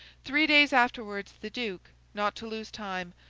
three days afterwards the duke, not to lose time,